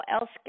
else